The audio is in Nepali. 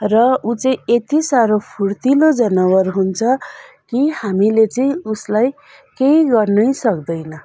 र ऊ चाहिँ यति साह्रो फुर्तिलो जनावर हुन्छ कि हामीले चाहिँ उसलाई केही गर्नै सक्दैन